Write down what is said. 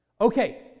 Okay